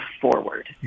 forward